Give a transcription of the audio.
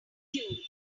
queue